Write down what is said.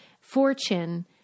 fortune